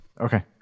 Okay